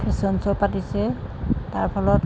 fashion show পাতিছে তাৰফলত